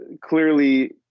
clearly